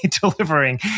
delivering